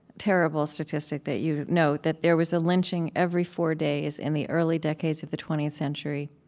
terrible statistic that you note, that there was a lynching every four days in the early decades of the twentieth century,